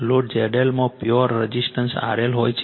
load ZL માં pure resistance RL હોય છે